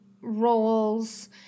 roles